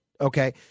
okay